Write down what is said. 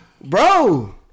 bro